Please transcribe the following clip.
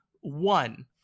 One